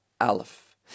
aleph